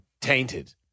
tainted